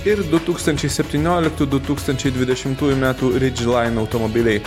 ir du tūkstančiai septynioliktų du tūkstančiai dvidešimtųjų metų ridžilain automobiliai